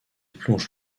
plonge